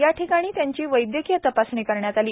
याठिकाणी त्यांची वैदयकीय तपासणी करण्यात आली